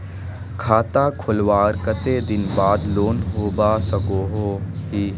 खाता खोलवार कते दिन बाद लोन लुबा सकोहो ही?